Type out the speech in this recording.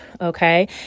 Okay